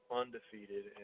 undefeated